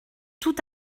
tout